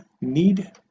need